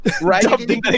Right